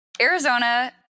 Arizona